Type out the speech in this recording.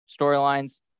storylines